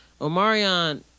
Omarion